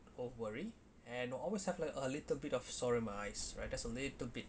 or worry and always have like a little bit of sorrow in my eyes right just a little bit